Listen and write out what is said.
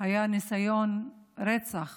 היה ניסיון רצח